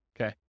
Okay